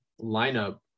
lineup